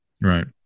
Right